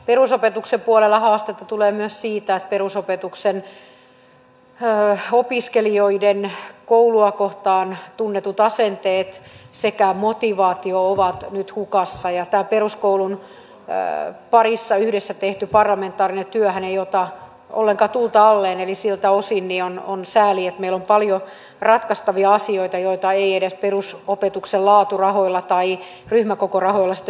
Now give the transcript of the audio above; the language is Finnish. perusopetuksen puolella haastetta tulee myös siitä että perusopetuksen opiskelijoiden koulua kohtaan tunnetut asenteet sekä motivaatio ovat nyt hukassa ja peruskoulun parissa yhdessä tehty parlamentaarinen työhän ei ota ollenkaan tulta alleen eli siltä osin on sääli että meillä on paljon ratkaistavia asioita joita ei edes perusopetuksen laaturahoilla tai ryhmäkokorahoilla tueta